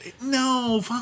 No